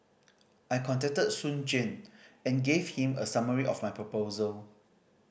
I contacted Soon Juan and gave him a summary of my proposal